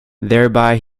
thereby